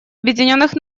объединенных